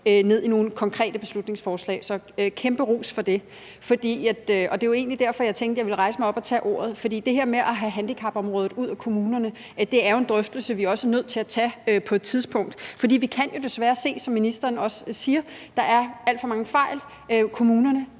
ned i nogle konkrete beslutningsforslag. Så det skal der lyde kæmpe ros for. Det er egentlig derfor, jeg tænkte, jeg ville rejse mig op og tage ordet. For det her med at få handicapområdet ud af kommunerne er jo en drøftelse, vi også er nødt til at tage på et tidspunkt. For vi kan jo desværre se, som ministeren også siger, at der er alt for mange fejl. Kommunerne